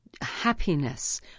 happiness